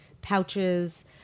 pouches